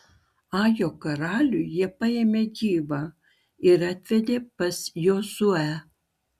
ajo karalių jie paėmė gyvą ir atvedė pas jozuę